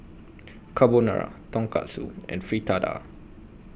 Carbonara Tonkatsu and Fritada